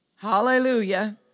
Hallelujah